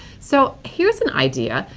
so, here's an idea.